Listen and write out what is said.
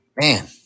Man